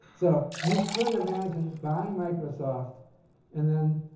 so, you could imagine buying microsoft and then